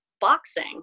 boxing